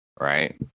Right